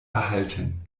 erhalten